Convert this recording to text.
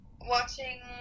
watching